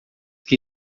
que